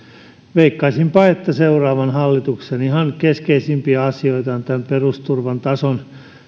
veikkaisinpa että seuraavan hallituksen ihan keskeisimpiä asioita on tämän perusturvan tason